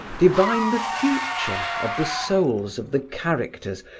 divine the future of the souls of the characters,